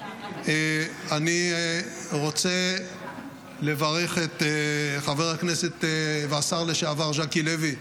אני רוצה לברך את חבר הכנסת והשר לשעבר ז'קי לוי,